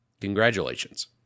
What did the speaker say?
Congratulations